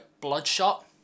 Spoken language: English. Bloodshot